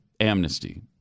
amnesty